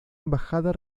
embajada